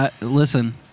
Listen